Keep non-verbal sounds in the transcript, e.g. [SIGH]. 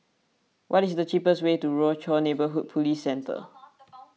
what is the cheapest way to Rochor Neighborhood Police Centre [NOISE]